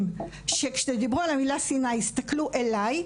שכשאמרו את המילה "שנאה" הסתכלו אלי,